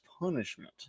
punishment